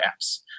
apps